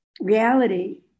reality